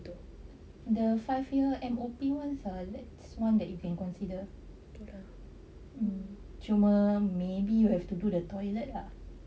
the five year M_O_P [one] ah is one that you can consider cuma maybe you have to do the toilet ah